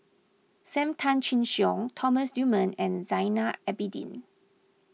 Sam Tan Chin Siong Thomas Dunman and Zainal Abidin